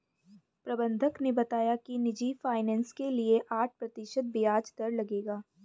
प्रबंधक ने बताया कि निजी फ़ाइनेंस के लिए आठ प्रतिशत ब्याज दर लगेगा